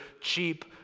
cheap